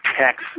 text